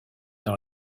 dans